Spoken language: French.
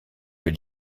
que